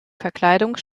verkleidung